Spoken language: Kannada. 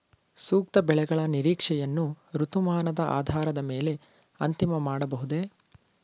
ಸೂಕ್ತ ಬೆಳೆಗಳ ನಿರೀಕ್ಷೆಯನ್ನು ಋತುಮಾನದ ಆಧಾರದ ಮೇಲೆ ಅಂತಿಮ ಮಾಡಬಹುದೇ?